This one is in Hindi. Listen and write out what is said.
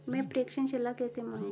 मैं प्रेषण सलाह कैसे मांगूं?